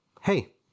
hey